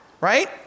right